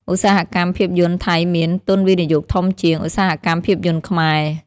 ឧស្សាហកម្មភាពយន្តថៃមាន ទុនវិនិយោគធំជាង ឧស្សាហកម្មភាពយន្តខ្មែរ។